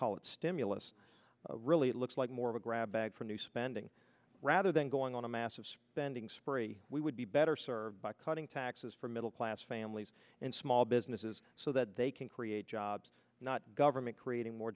call it stimulus really looks like more of a grab bag for new spending rather than going on a massive spending spree we would be better served by cutting taxes for middle class families and small businesses so that they can create jobs not government creating more